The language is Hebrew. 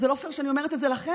וזה לא פייר שאני אומרת את זה לכם,